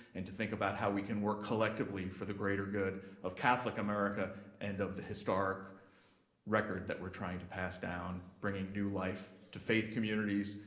and to think about how we can work collectively for the greater good of catholic america and of the historic record that we're trying to pass down, bringing new life to faith communities,